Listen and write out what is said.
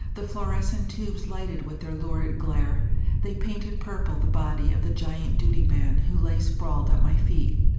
the fluorescent tubes lighted with their lurid glare they painted purple the body of the giant duty man who lay sprawled at my feet.